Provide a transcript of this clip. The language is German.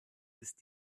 ist